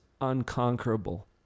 unconquerable